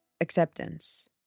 Acceptance